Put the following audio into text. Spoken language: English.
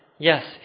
Yes